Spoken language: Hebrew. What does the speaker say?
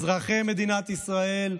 אזרחי מדינת ישראל,